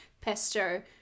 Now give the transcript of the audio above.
pesto